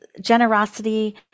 generosity